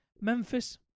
Memphis